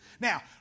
Now